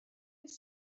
beth